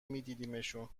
میدیدمشون